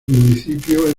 municipio